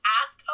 ask